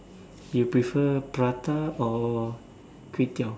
you prefer prata or kway-teow